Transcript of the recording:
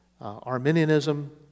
Arminianism